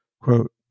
quote